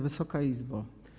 Wysoka Izbo!